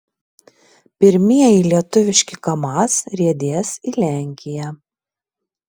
pirmieji lietuviški kamaz riedės į lenkiją